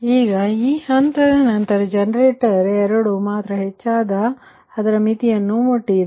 ಈಗ ಈ ಹಂತದ ನಂತರ ಜನರೇಟರ್ ಎರಡು ಮಾತ್ರ ಹೆಚ್ಚಾದ ನಂತರ ಇದು ಅದರ ಮಿತಿಯನ್ನು ಮುಟ್ಟಿದೆ